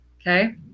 okay